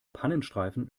pannenstreifen